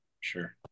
Sure